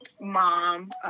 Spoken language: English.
mom